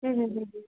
હં હં હં હં